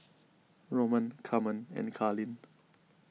Roland Carmen and Carlyn